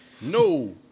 no